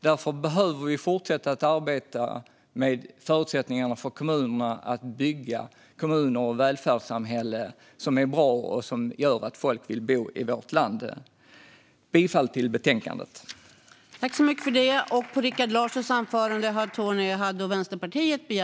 Därför behöver vi fortsätta att arbeta med förutsättningarna för kommunerna att bygga välfärdssamhällen som är bra och som gör att folk vill bo i vårt land. Jag yrkar bifall till utskottets förslag i betänkandet.